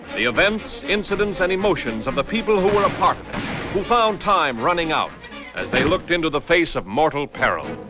the events, incidents and emotions of the people who were found time running out as they looked into the face of mortal peril